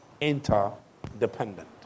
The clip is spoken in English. interdependent